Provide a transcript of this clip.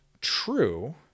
true